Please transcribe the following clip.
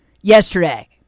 yesterday